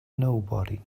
nobody